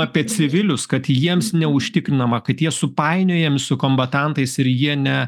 apie civilius kad jiems neužtikrinama kad jie supainiojam su kombatantais ir jie ne